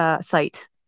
site